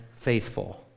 faithful